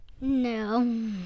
no